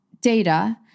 data